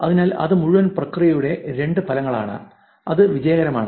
അതിനാൽ അത് മുഴുവൻ പ്രക്രിയയുടെ രണ്ട് ഫലങ്ങളാണ് അത് വിജയമാണ്